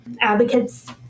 advocates